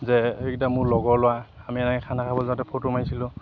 যে এইকেইটা মোৰ লগৰ ল'ৰা আমি এনেকৈ খানা খাব যাওঁতে ফটো মাৰিছিলোঁ